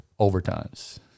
overtimes